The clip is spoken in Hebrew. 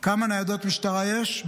כמה ניידות משטרה יש?